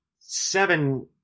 seven